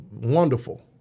wonderful